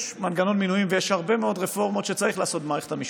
יש מנגנון מינויים ויש הרבה מאוד רפורמות שצריך לעשות במערכת המשפט.